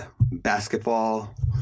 basketball